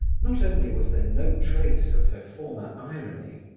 not only was there no trace of her former irony,